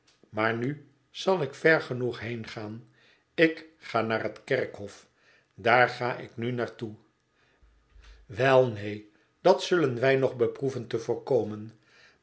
maar nu zal ik ver genoeg heengaan ik ga naar het kerkhof daar ga ik nu naar toe wel neen dat zullen wij nog beproeven te voorkomen